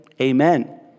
amen